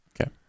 Okay